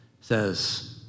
Says